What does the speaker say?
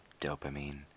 dopamine